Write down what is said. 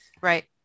Right